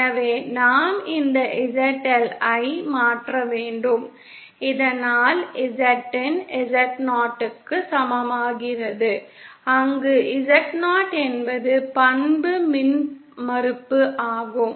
எனவே நாம் இந்த ZL ஐ மாற்ற வேண்டும் இதனால் Zin Z0 க்கு சமமாகிறது அங்கு Z0 என்பது பண்பு மின்மறுப்பு ஆகும்